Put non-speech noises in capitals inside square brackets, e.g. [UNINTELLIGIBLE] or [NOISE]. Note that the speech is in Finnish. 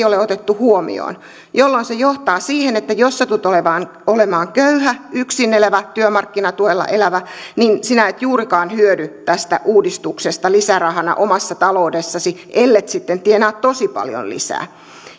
[UNINTELLIGIBLE] ole otettu huomioon jolloin se johtaa siihen että jos satut olemaan olemaan köyhä yksin elävä työmarkkinatuella elävä niin sinä et juurikaan hyödy tästä uudistuksesta lisärahana omassa taloudessasi ellet sitten tienaa tosi paljon lisää